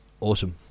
Awesome